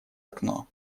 окно